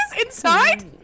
inside